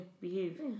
Behave